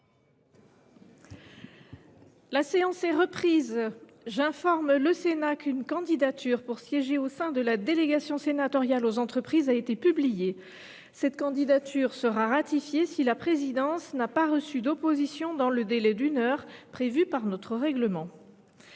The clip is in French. La séance est reprise. J’informe le Sénat qu’une candidature pour siéger au sein de la délégation sénatoriale aux entreprises a été publiée. Cette candidature sera ratifiée si la présidence n’a pas reçu d’opposition dans le délai d’une heure prévu par notre règlement.